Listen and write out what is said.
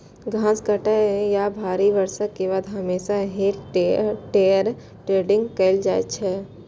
घास काटै या भारी बर्षा के बाद हमेशा हे टेडर टेडिंग कैल जाइ छै